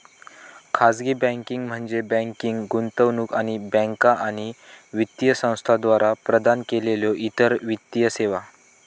खाजगी बँकिंग म्हणजे बँकिंग, गुंतवणूक आणि बँका आणि वित्तीय संस्थांद्वारा प्रदान केलेल्यो इतर वित्तीय सेवा